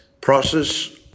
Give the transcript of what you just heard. process